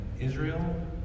Israel